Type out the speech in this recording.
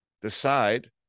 decide